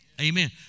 Amen